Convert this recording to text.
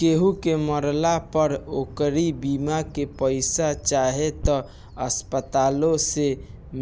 केहू के मरला पअ ओकरी बीमा के पईसा चाही तअ अस्पताले से